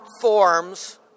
forms